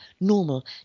normal